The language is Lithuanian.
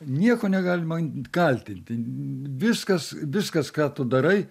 nieko negalima kaltinti viskas viskas ką tu darai